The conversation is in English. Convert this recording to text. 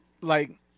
like-